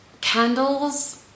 candles